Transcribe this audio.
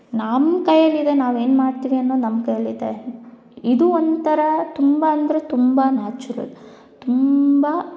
ನಮ್ಮ ಕೈಯಲ್ಲಿದೆ ನಾವೇನು ಮಾಡ್ತೀವಿ ಅನ್ನೋದು ನಮ್ಮ ಕೈಯಲ್ಲಿದೆ ಇದು ಒಂಥರ ತುಂಬ ಅಂದರೆ ತುಂಬ ನ್ಯಾಚುರಲ್ ತುಂಬ